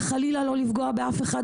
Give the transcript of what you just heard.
וחלילה לא לפגוע באף אחד,